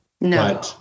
No